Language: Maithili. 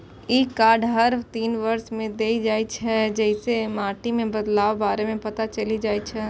ई कार्ड हर तीन वर्ष मे देल जाइ छै, जइसे माटि मे बदलावक बारे मे पता चलि जाइ छै